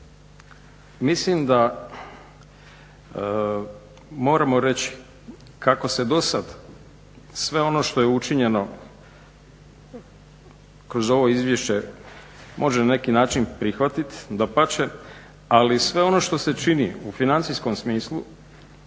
Mislim da moramo reći kako se dosad sve ono što je učinjeno kroz ovo izvješće može na neki način prihvatiti, dapače ali sve ono što se čini u financijskom smislu